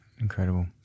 Incredible